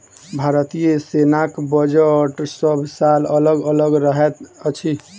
भारतीय सेनाक बजट सभ साल अलग अलग रहैत अछि